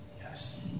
Yes